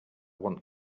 want